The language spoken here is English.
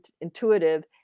intuitive